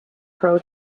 pro